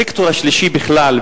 הסקטור השלישי בכלל,